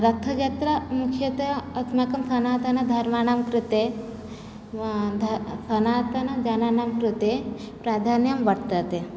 रथयात्रा मुख्यतः अस्माकं सनातनधर्माणां कृते सनातनजनानां कृते प्रधानं वर्तते